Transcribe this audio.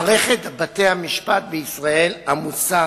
מערכת בתי-המשפט בישראל עמוסה,